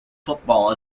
football